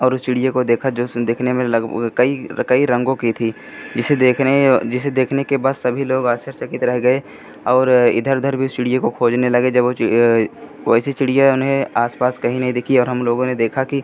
और उस चिड़िए को देखा जो दिखने में लगा वह कई कई रंगों की थी जिसे देखने व जिसे देखने के बाद सभी लोग आश्चर्यचकित रह गए और इधर उधर भी उस चिड़िए को खोजने लगे जब वह वैसी चिड़िया उन्हें आसपास कहीं नहीं दिखी और हमलोगों ने देखा कि